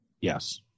Yes